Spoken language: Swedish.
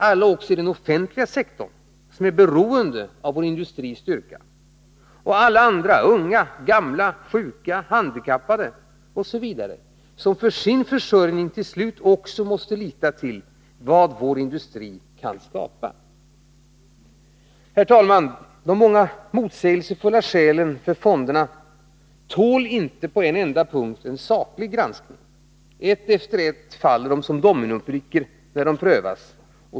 Alla också i den offentliga sektorn, som är beroende av vår industris styrka. Och alla andra, unga, gamla, sjuka, handikappade osv., som för sin försörjning till slut också måste lita till vad vår industri kan skapa, drabbas. Herr talman! De många motsägelsefulla skälen för fonderna tål inte på en enda punkt en saklig granskning. Ett efter ett faller de som dominobrickor när de prövas.